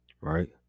Right